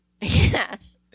yes